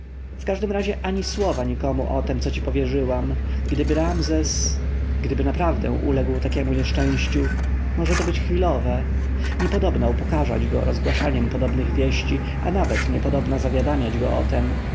w każdym razie ani słowa nikomu o tem co ci powierzyłam gdyby ramzes gdyby naprawdę uległ takiemu nieszczęściu może to być chwilowe niepodobna upokarzać go rozgłaszaniem podobnych wieści a nawet niepodobna zawiadamiać go o tem